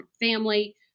family